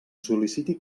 sol·liciti